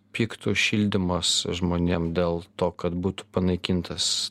pigtų šildymas žmonėm dėl to kad būtų panaikintas